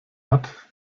hat